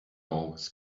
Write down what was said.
always